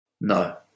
No